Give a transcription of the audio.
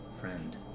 friend